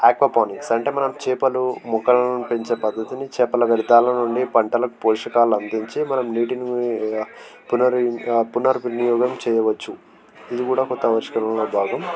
aquaponics అంటే మనం చేపలు మొక్కలను పెంచే పద్దతిని చేపల వ్యర్ధాల నుండి పంటలకు పోషకాలు అందించి మనం నీటిని పునర్వి పునర్వినియోగం చేయవచ్చు ఇది కూడా కొత్త ఆవిష్కరణలో భాగం